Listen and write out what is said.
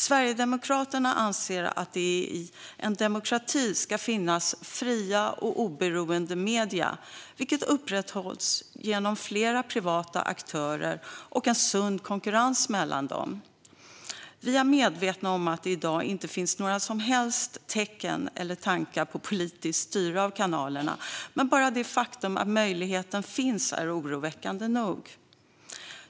Sverigedemokraterna anser att det i en demokrati ska finnas fria och oberoende medier, vilket upprätthålls genom flera privata aktörer och en sund konkurrens mellan dem. Vi är medvetna om att det i dag inte finns några som helst tecken på eller tankar om politiskt styre av kanalerna, men bara det faktum att möjligheten finns är oroväckande nog.